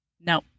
No